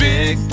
Big